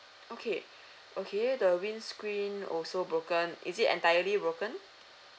okay okay the windscreen also broken is it entirely broken